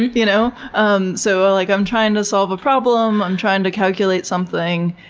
you know? um so like i'm trying to solve a problem, i'm trying to calculate something,